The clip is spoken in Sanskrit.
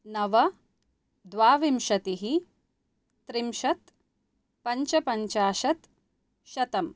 नव द्वाविंशतिः त्रिंशत् पञ्चपञ्चाशत् शतम्